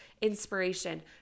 inspiration